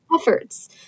efforts